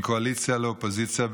בין קואליציה לאופוזיציה,